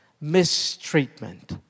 mistreatment